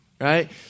right